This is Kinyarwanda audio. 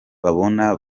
babona